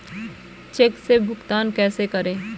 Check से भुगतान कैसे करें?